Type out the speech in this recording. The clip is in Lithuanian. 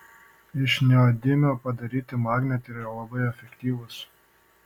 iš neodimio padaryti magnetai yra labai efektyvūs